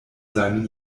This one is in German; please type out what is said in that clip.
seinen